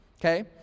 okay